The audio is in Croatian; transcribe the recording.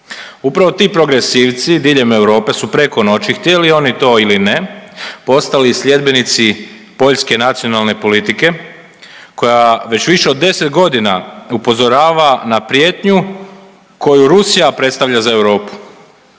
Upravo ti progresivci diljem Europe su preko noći, htjeli oni to ili ne, postali sljedbenici poljske nacionalne politike koja već više od 10 godina upozorava na prijetnju koju Rusija predstavlja za Europu.